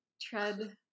tread